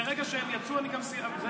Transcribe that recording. ברגע שהם יצאו, אני סיימתי.